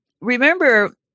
Remember